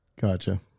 Gotcha